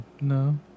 No